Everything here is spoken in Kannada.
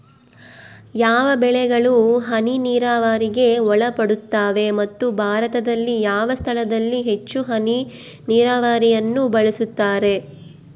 ಯಾವ ಬೆಳೆಗಳು ಹನಿ ನೇರಾವರಿಗೆ ಒಳಪಡುತ್ತವೆ ಮತ್ತು ಭಾರತದಲ್ಲಿ ಯಾವ ಸ್ಥಳದಲ್ಲಿ ಹೆಚ್ಚು ಹನಿ ನೇರಾವರಿಯನ್ನು ಬಳಸುತ್ತಾರೆ?